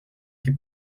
que